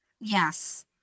Yes